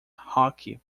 hockey